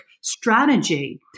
strategy